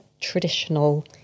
traditional